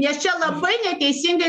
nes čia labai neteisingai